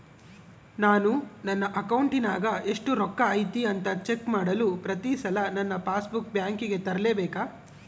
ನಾನು ನನ್ನ ಅಕೌಂಟಿನಾಗ ಎಷ್ಟು ರೊಕ್ಕ ಐತಿ ಅಂತಾ ಚೆಕ್ ಮಾಡಲು ಪ್ರತಿ ಸಲ ನನ್ನ ಪಾಸ್ ಬುಕ್ ಬ್ಯಾಂಕಿಗೆ ತರಲೆಬೇಕಾ?